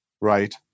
right